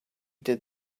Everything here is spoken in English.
did